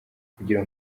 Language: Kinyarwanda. kugira